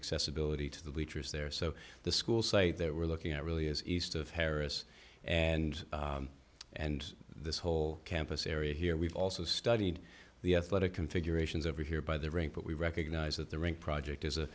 accessibility to the bleachers there so the school site that we're looking at really is east of harris and and this whole campus area here we've also studied the athletic configurations over here by the rink but we recognize that the rink project is